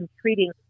treating